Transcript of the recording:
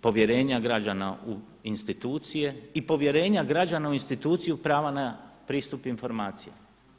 povjerenje građana u institucije i povjerenja građana u institucije prava na pristup informacija.